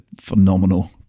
phenomenal